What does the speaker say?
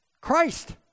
Christ